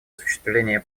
осуществления